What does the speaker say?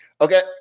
Okay